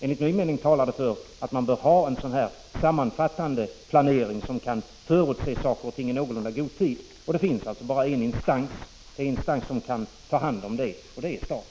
Enligt min mening talar vad jag här anfört för att man bör ha en samlad planering, så att man kan förutse saker och ting i någorlunda god tid. Det finns bara en instans som kan sköta den här saken, och det är staten.